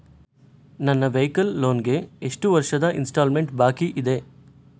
ನನ್ನ vehicle loan ಗೆ ಎಷ್ಟು ವರ್ಷದ ಇನ್ಸ್ಟಾಲ್ಮೆಂಟ್ ಬಾಕಿ ಇದೆ?